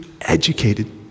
educated